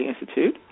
Institute